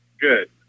Good